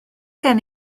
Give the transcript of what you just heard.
gen